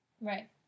right